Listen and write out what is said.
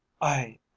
I